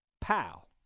Pal